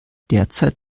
derzeit